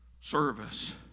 service